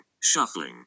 Shuffling